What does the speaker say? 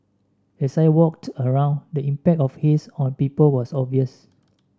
as I walked around the impact of haze on people was obvious